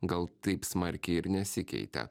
gal taip smarkiai ir nesikeitė